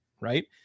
right